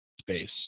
space